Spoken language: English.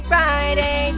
Friday